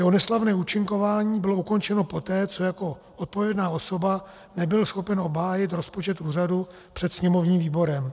Jeho neslavné účinkování bylo ukončeno poté, co jako odpovědná osoba nebyl schopen obhájit rozpočet úřadu před sněmovním výborem.